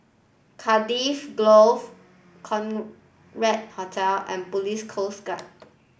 Cardiff Grove Hotel and Police Coast Guard